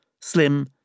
slim